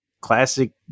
classic